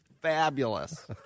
fabulous